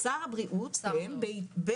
שר הבריאות באישור.